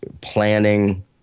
planning